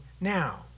now